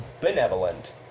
benevolent